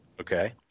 okay